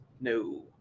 No